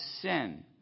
sin